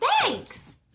Thanks